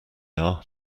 are